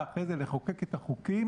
ותפסיקו להשתמש במשפט: